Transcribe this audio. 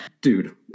dude